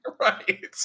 Right